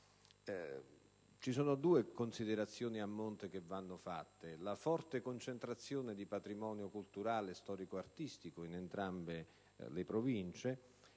Sono due le considerazioni a monte da fare: la forte concentrazione di patrimonio culturale e storico‑artistico in entrambe le Province